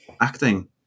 acting